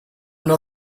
know